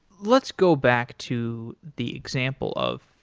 let's go back to the example of